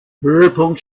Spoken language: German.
höhepunkt